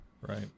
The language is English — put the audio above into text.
Right